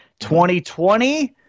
2020